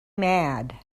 mad